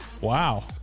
Wow